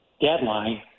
deadline